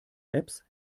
apps